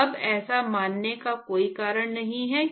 तो अब ऐसा मानने का कोई कारण नहीं है